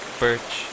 birch